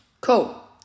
Cool